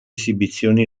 esibizioni